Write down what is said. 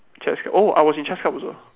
chess oh I was in chess club also